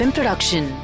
Production